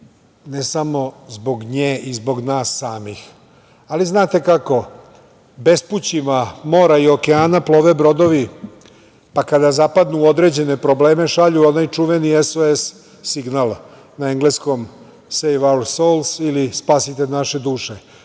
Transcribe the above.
ne samo zbog nje i zbog nas samih. Znate kako, bespućima mora i okeana plove brodovi, pa kada zapadnu u određene probleme šalju onaj čuveni SOS signal, na engleskom „save our souls“ ili „spasite naše